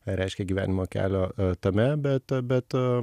reiškia gyvenimo kelio tame bet bet